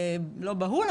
לא בהול,